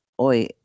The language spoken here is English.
oi